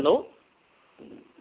hello